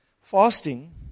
Fasting